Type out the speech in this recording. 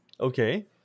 Okay